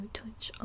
touch